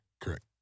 Correct